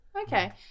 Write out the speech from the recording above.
Okay